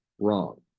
wrong